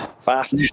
fast